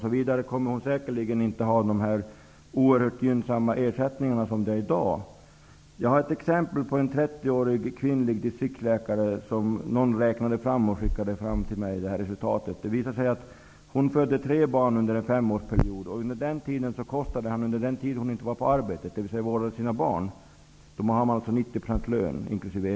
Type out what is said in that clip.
Hon kommer säkerligen inte att få de oerhört gynnsamma ersättningar som finns i dag. Jag fick ett exempel framskickat till mig som handlar om en 30-årig kvinnlig distriktsläkare. Hon födde tre barn under en femårsperiod. Under den tid hon inte var på arbetet, dvs. när hon vårdade sina barn -- då har man alltså 90 % av lönen inkl.